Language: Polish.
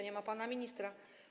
Nie ma pana ministra.